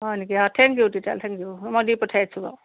হয় নেকি অঁ থেংক ইউ তেতিয়াহ'লে থেংক ইউ মই দি পঠিয়াই দিছোঁ বাৰু